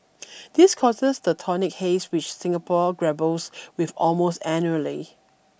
this causes the tonic haze which Singapore grapples with almost annually